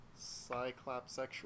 cyclopsexual